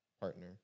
partner